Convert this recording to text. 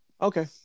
Okay